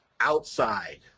outside